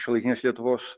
šiuolaikinės lietuvos